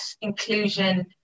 inclusion